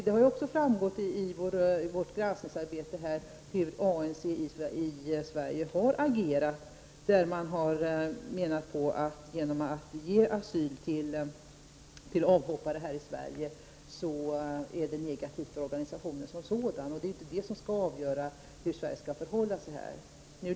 Det har också framgått av vårt granskningsarbete hur ANC i Sverige har agerat, där man har menat att det är negativt för organisationen som sådan att avhoppare ges asyl här i Sverige. Det är inte detta som skall avgöra hur Sverige skall förhålla sig.